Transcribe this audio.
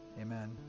Amen